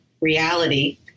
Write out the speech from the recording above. reality